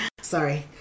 Sorry